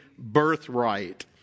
birthright